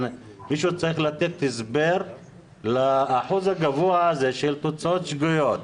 מישהו צריך לתת הסבר לאחוז הגבוה הזה של תוצאות שגויות.